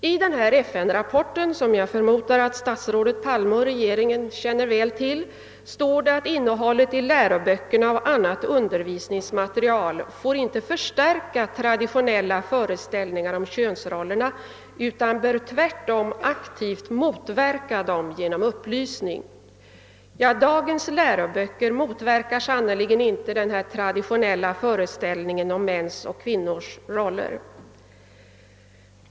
I denna FN-rapport, som jag förmodar att statsrådet Palme och regeringen känner väl till, står det att innehållet i läroböcker och annat undervisningsmateriel inte får förstärka traditionella föreställningar om könsrollerna utan tvärtom bör aktivt motverka dem genom upplysning. Dagens läroböcker motverkar sannerligen inte den traditionella föreställningen om mäns och kvinnors roller.